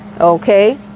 okay